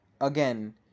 Again